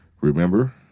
Remember